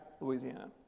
Louisiana